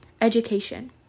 Education